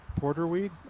porterweed